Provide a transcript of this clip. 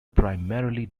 primarily